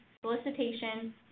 solicitation